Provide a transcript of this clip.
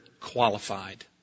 qualified